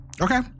Okay